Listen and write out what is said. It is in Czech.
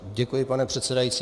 Děkuji, pane předsedající.